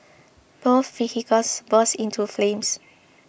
both vehicles burst into flames